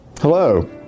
Hello